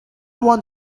want